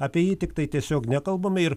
apie jį tiktai tiesiog nekalbame ir